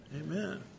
Amen